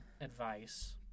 advice